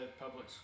public